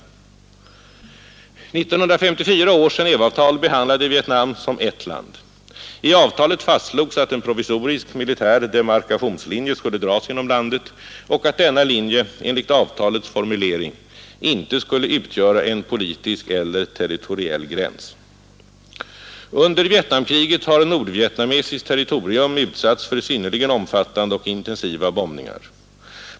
1954 års Genéveavtal behandlade Vietnam som ett land. I avtalet fastslogs att en provisorisk militär demarkationslinje skulle dras genom landet och att denna linje enligt avtalets formulering inte skulle utgöra en politisk eller territoriell gräns. Under Vietnamkriget har nordvietnamesiskt territorium utsatts för synnerligen omfattande och intensiva bombningar.